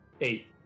Eight